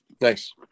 Nice